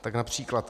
Tak například: